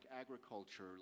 agriculture